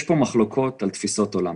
יש פה מחלוקות על תפיסות עולם.